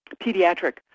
pediatric